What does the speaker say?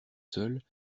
seuls